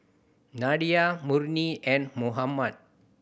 Nadia Murni and Muhammad